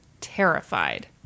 terrified